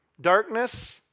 darkness